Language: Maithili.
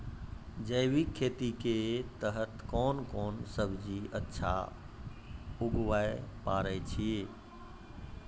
जैविक खेती के तहत कोंन कोंन सब्जी अच्छा उगावय पारे छिय?